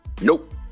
Nope